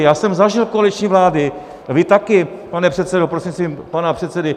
Já jsem zažil koaliční vlády, vy také, pane předsedo prostřednictvím pana předsedy.